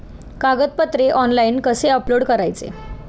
कागदपत्रे ऑनलाइन कसे अपलोड करायचे?